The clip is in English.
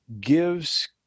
gives